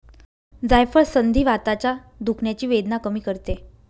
जायफळ संधिवाताच्या दुखण्याची वेदना कमी करते